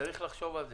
וצריך לחשוב על זה.